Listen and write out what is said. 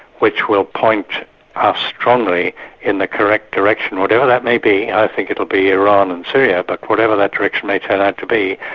which will point us strongly in the correct direction, whatever that may be. i think it'll be iran and syria, but whatever that direction may turn out to be,